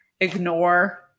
ignore